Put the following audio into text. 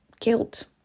guilt